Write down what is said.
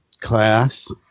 class